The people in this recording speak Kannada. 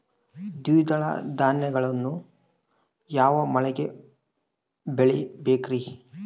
ದ್ವಿದಳ ಧಾನ್ಯಗಳನ್ನು ಯಾವ ಮಳೆಗೆ ಬೆಳಿಬೇಕ್ರಿ?